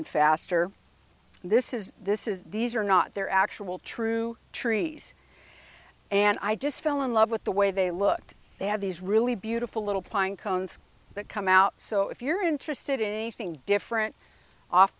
and faster this is this is these are not their actual true trees and i just fell in love with the way they looked they have these really beautiful little pine cones that come out so if you're interested in anything different off